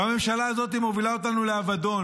הממשלה הזאת מובילה אותנו לאבדון.